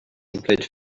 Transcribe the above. include